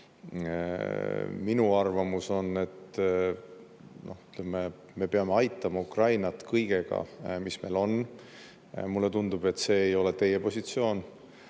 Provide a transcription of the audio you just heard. Minu arvamus on, et me peame aitama Ukrainat kõigega, mis meil on. Mulle tundub, et see ei ole teie positsioon.